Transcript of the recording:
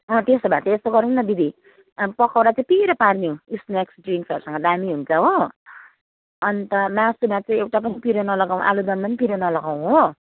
अँ त्यसो भए चाहिँ यसो गरौँ न दिदी अब पकौडा चाहिँ पिरो पारिदिउँ स्न्याक्स ड्रिङ्क्सहरूसँग दामी हुन्छ हो अनि त मासुमा चाहिँ एउटा पनि पिरो नलगाऔँ आलुदममा पनि पिरो नलगाऔँ हो